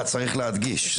צריך להדגיש.